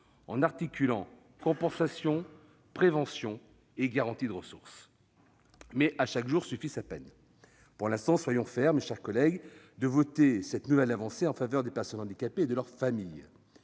en articulant compensation, prévention et garantie des ressources. Mais à chaque jour suffit sa peine : pour l'instant, soyons fiers, mes chers collègues, de voter cette nouvelle avancée en faveur des personnes handicapées et de leurs familles.